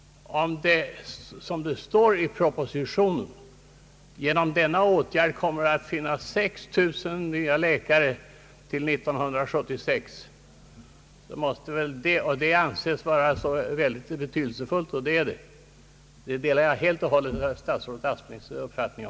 I propositionen står det ju att genom denna åtgärd kommer det att finnas ytterligare 6 000 läkare år 1976. Detta anses vara mycket betydelsefullt — och därvidlag delar jag helt statsrådets uppfattning.